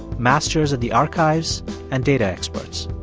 masters of the archives and data experts.